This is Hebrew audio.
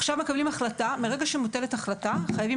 עכשיו מקבלים החלטה ומאותו רגע חייבים